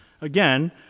Again